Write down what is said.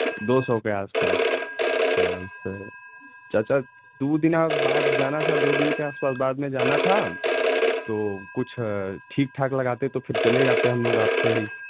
दो सौ के आस पास अच्छा चाचा दो दिन आप बाहर जाना था दो दिन के आस पास बाद में जाना था तो कुछ ठीक ठाक लगाते तो फिर चले जाते हम लोग आपसे ही